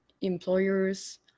employers